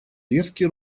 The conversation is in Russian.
резкий